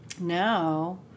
Now